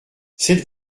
cette